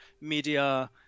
media